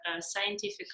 scientific